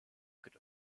good